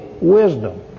wisdom